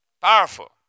Powerful